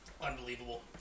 Unbelievable